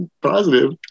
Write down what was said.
positive